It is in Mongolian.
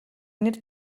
нэр